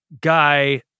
guy